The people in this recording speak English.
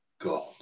God